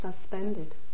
suspended